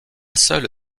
seule